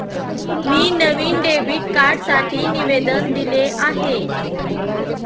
मी नवीन डेबिट कार्डसाठी निवेदन दिले आहे